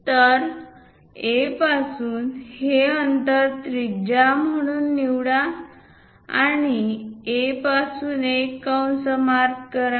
तर A पासून हे अंतर त्रिज्या म्हणून निवडा आणि A पासून एक कंस मार्क करा